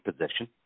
position